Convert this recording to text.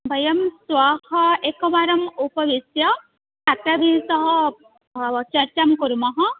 वयं श्वः एकवारम् उपविश्य छात्राभिस्सह चर्चां कुर्मः